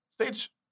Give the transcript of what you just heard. stage